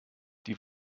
die